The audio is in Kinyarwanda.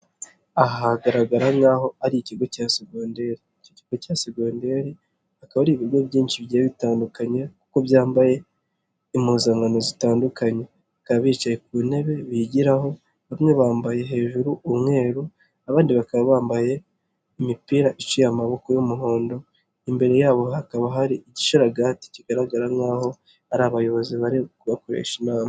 Ahagaragara nk'aho ari ikigo cya segondari, ni ikigo cya segoderi hakaba ari ibigo byinshi bitandukanye kuko byambaye impuzankano zitandukanye, bakaba bicaye ku ntebe bigiraho, bamwe bambaye hejuru umweru, abandi bakaba bambaye imipira iciye amaboko y'umuhondo, imbere yabo hakaba hari igisharagati kigaragara nk'aho ari abayobozi bari kubakoresha inama.